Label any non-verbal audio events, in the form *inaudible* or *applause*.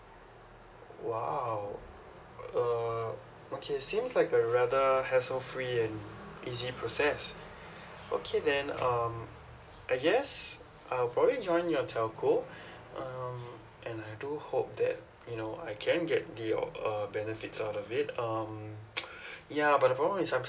!wow! err okay seems like a rather hassle free and easy process okay then um I guess I'll probably join your telco um and I do hope that you know I can get the uh benefits out of it um *noise* ya but the problem is I'm